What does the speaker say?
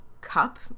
cup